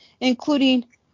including